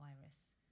virus